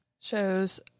Shows